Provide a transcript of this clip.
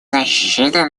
защиты